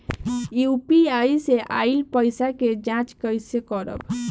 UPI से आइल पईसा के जाँच कइसे करब?